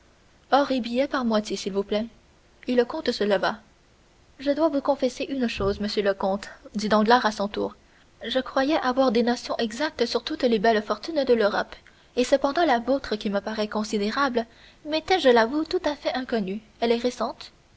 et billets par moitié s'il vous plaît et le comte se leva je dois vous confesser une chose monsieur le comte dit danglars à son tour je croyais avoir des notions exactes sur toutes les belles fortunes de l'europe et cependant la vôtre qui me paraît considérable m'était je l'avoue tout à fait inconnue elle est récente